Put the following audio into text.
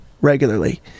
regularly